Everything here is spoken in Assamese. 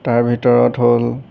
তাৰ ভিতৰত হ'ল